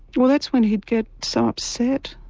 well that's when he'd get so upset,